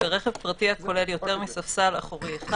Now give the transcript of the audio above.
ברכב פרטי הכולל יותר מספסל אחורי אחד,